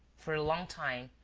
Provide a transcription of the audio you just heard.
for a long time,